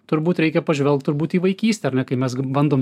turbūt reikia pažvelgt turbūt į vaikystę ar ne kai mes bandom